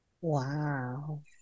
Wow